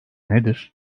nedir